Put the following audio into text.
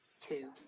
two